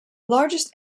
largest